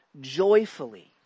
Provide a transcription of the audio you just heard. joyfully